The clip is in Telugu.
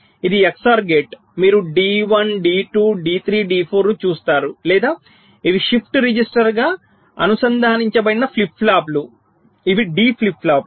ఇది XOR గేట్ మీరు D1 D2 D3 D4 ను చూస్తారు లేదా ఇవి షిఫ్ట్ రిజిస్టర్గా అనుసంధానించబడిన ఫ్లిప్ ఫ్లాప్లు ఇవి D ఫ్లిప్ ఫ్లాప్లు